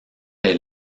les